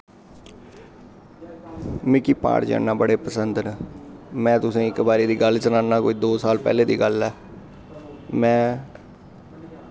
मिगी प्हाड़ चढ़ना बड़े पसंद न में तुसें इक बारी दी गल्ल सनाना एह् कोई दो साल पैह्लें दी गल्ल ऐ में